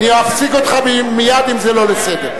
אני אפסיק אותך מייד אם זה לא לסדר.